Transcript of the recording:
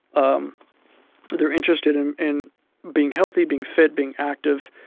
um they're interested in in being healthy, being fit, being active.